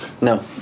No